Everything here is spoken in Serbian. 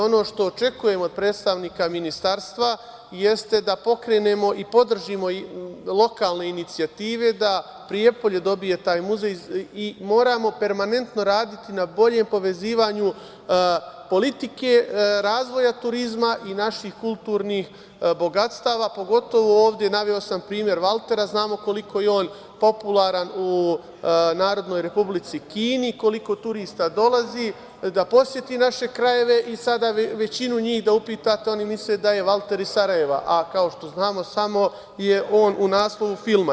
Ono što očekujem od predstavnika ministarstva, jeste da pokrenemo i podržimo lokalne inicijative da Prijepolje dobije taj muzej i moramo permanentno raditi na boljem povezivanju politike, razvoja turizma i naših kulturnih bogatstava, pogotovo ovde, naveo sam primer Valtera, znamo koliko je on popularan u Narodnoj Republici Kini, koliko turista dolazi da poseti naše krajeve i sada većinu njih da upitate oni misle da je Valter iz Sarajeva, a kao što znamo samo je on u naslovu filma.